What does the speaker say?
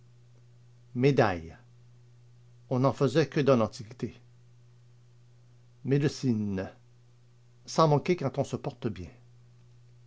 médaille on n'en faisait que dans l'antiquité médecine s'en moquer quand on se porte bien